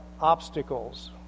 obstacles